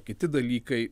kiti dalykai